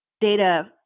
data